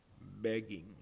begging